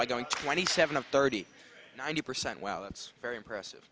by going twenty seven thirty ninety percent well that's very impressive